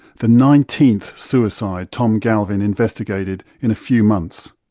the nineteenth suicide tom galvin investigated in a few months,